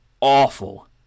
awful